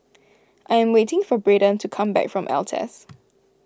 I am waiting for Brayden to come back from Altez